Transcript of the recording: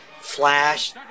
Flash